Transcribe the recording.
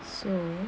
so